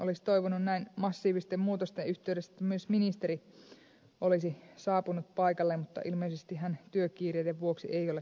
olisi toivonut näin massiivisten muutosten yhteydessä että myös ministeri olisi saapunut paikalle mutta ilmeisesti hän työkiireiden vuoksi ei ole täällä